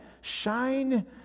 shine